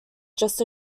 just